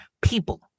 people